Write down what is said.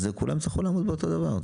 אז כולם צריכים להיות אותו דבר.